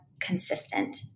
consistent